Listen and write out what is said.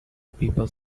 people